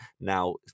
now